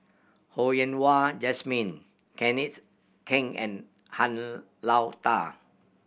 Ho Yen Wah Jesmine Kenneth Keng and Han Lao Da